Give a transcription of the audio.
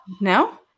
no